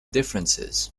differences